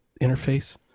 interface